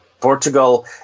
portugal